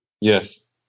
Yes